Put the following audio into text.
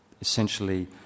essentially